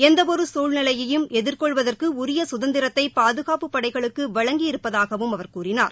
எந்த ஒரு சூழ்நிலையையும் எதிர்கொள்வதற்கு உரிய கதந்திரத்தை பாதுகாப்புப் படைகளுக்கு வழங்கி இருப்பதாகவும் அவர் கூறினார்